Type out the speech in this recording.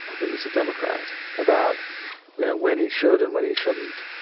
who is a democrat, about when when he should and when he shouldn't,